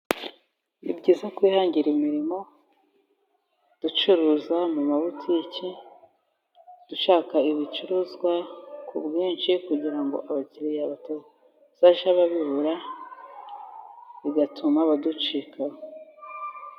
Ni byiza kwihangira imirimo ducuruza mu mabutiki, dushaka ibicuruzwa ku bwinshi kugira ngo abakiriya batajya babibura, bigatuma baducikaho.